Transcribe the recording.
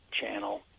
channel